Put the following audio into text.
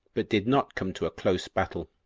but did not come to a close battle.